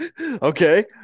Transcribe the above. Okay